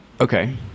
Okay